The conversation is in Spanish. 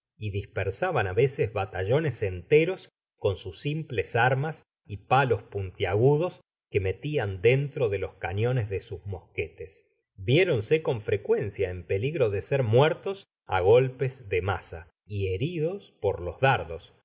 y dispersaban á veces batallones enteros con sus simples armas y palos puntiagudos que metian dentro de los cañones de sus mosquetes viéronse con frecuencia en peligro de ser muertos á golpes de maza y heridos per los dardos